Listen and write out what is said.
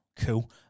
cool